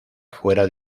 fuera